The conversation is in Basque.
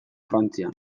frantzian